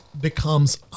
becomes